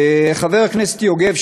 חבר הכנסת יוגב,